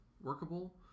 workable